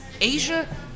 Asia